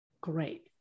Great